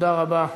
תודה רבה.